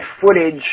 footage